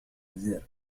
الزر